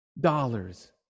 dollars